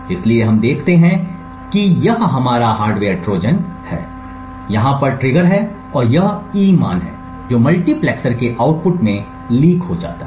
इसलिए हम देखते हैं कि यह हमारा हार्डवेयर ट्रोजन है यहाँ पर ट्रिगर है और यह E मान है जो मल्टीप्लेक्सर के आउटपुट में लीक हो जाता है